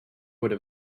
would